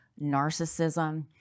narcissism